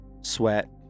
sweat